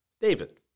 David